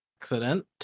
accident